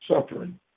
suffering